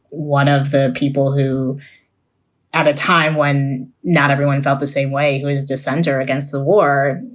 one of the people who at a time when not everyone felt the same way. who is descender against the war?